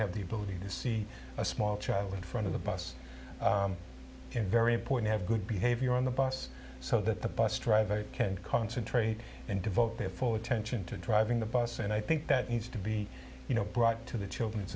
have the ability to see a small child in front of the bus in very important have good behavior on the bus so that the bus driver can concentrate and devote their full attention to driving the bus and i think that needs to be you know brought to the children's